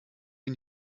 ihn